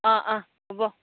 অঁ অঁ হ'ব